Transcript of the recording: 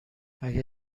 اگه